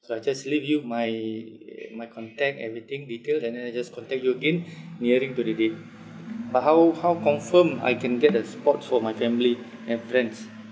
so I just leave you my uh my contact everything detail and then I just contact you again nearing to the day but how how confirm I can get the spot for my family and friends